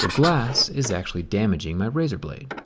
glass is actually damaging my razor blade,